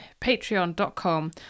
patreon.com